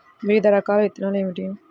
వివిధ రకాల విత్తనాలు ఏమిటి?